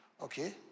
okay